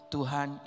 Tuhan